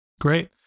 Great